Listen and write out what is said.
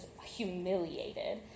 humiliated